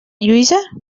lluïsa